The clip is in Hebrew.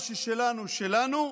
מה ששלנו, שלנו,